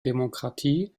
demokratie